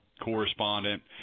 correspondent